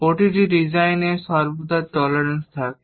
প্রতিটি ডিজাইনের সর্বদা টলারেন্স থাকে